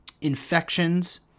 infections